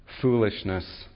foolishness